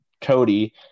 Cody